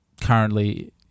currently